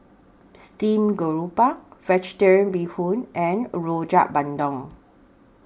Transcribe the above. Stream Grouper Vegetarian Bee Hoon and Rojak Bandung